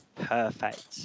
Perfect